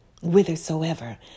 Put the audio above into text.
whithersoever